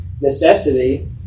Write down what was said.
necessity